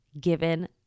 given